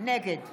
נגד